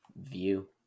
view